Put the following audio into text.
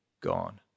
gone